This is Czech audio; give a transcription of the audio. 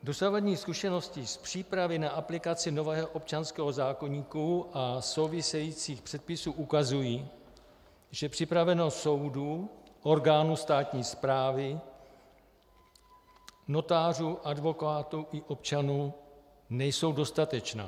Dosavadní zkušenosti z přípravy na aplikaci nového občanského zákoníku a souvisejících předpisů ukazují, že připravenost soudů, orgánů státní správy, notářů, advokátů i občanů není dostatečná.